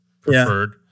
preferred